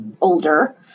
older